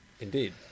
indeed